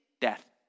death